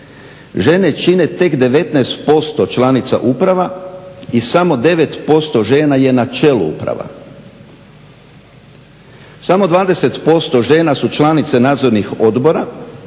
Žene čine tek 19% članica uprava i samo 9% žena je na čelu uprava. Samo 20% žena su članice nadzornih odbora,